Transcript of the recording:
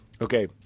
Okay